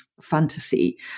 fantasy